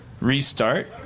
Restart